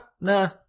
no